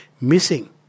missing